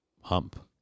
hump